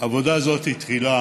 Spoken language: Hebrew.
עבודה זו התחילה